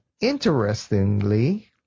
interestingly